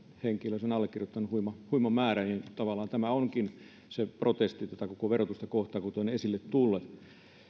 henkilöä sen on allekirjoittanut huima huima määrä eli tavallaan tämä onkin protesti tätä koko verotusta kohtaan kuten on esille tullut